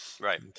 Right